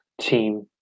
team